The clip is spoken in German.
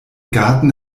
garten